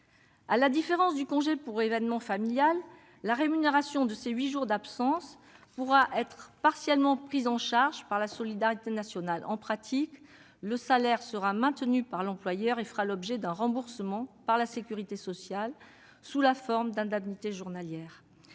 À la différence du congé pour événement familial, la rémunération de ces huit jours d'absence pourra être partiellement prise en charge par la solidarité nationale. En pratique, le salaire sera maintenu par l'employeur et fera l'objet d'un remboursement par la sécurité sociale sous la forme d'indemnités journalières.